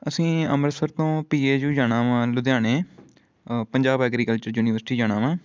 ਅਸੀਂ ਅੰਮ੍ਰਿਤਸਰ ਤੋਂ P A U ਜਾਣਾ ਵਾ ਲੁਧਿਆਣੇ ਪੰਜਾਬ ਐਗਰੀਕਲਚਰ ਯੂਨੀਵਰਸਿਟੀ ਜਾਣਾ ਵਾ